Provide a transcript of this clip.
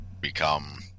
become